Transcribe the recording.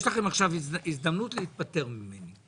יש לכם עכשיו הזדמנות להיפטר ממני.